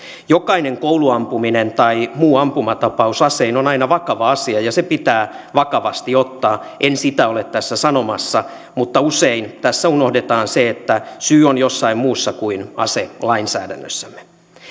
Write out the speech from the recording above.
jokainen kouluampuminen tai muu ampumatapaus on aina vakava asia ja se pitää vakavasti ottaa en sitä ole tässä sanomassa mutta usein tässä unohdetaan se että syy on jossain muussa kuin aselainsäädännössämme